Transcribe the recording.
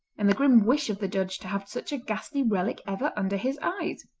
and the grim wish of the judge to have such a ghastly relic ever under his eyes.